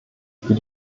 für